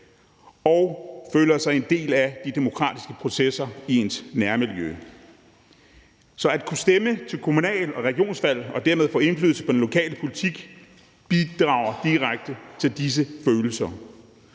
og føler sig som en del af de demokratiske processer i ens nærmiljø. Så at kunne stemme til kommunal- og regionsrådsvalg og dermed få indflydelse på den lokale politik bidrager direkte til disse følelser.